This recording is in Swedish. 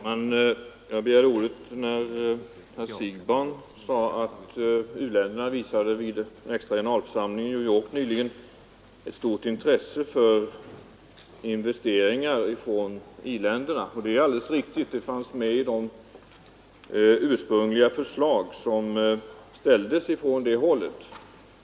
Herr talman! Jag begärde ordet när herr Siegbahn sade att u-länderna vid den extra generalförsamlingen i New York nyligen visade ett stort intresse för investeringar från i-ländernas sida. Det är alldeles riktigt — i de ursprungliga förslagen från det hållet visades ett sådant intresse.